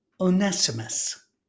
onesimus